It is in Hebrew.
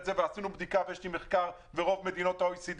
עשינו בדיקה ויש לי מחקר לגבי רוב מדינות ה-OECD,